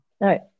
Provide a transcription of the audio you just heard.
right